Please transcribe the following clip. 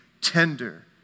tender